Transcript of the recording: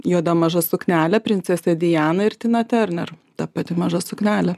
juoda maža suknelė princesei dianai ir tina turner ta pati maža suknelė